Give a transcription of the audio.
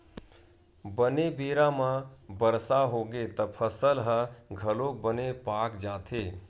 बने बेरा म बरसा होगे त फसल ह घलोक बने पाक जाथे